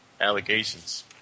allegations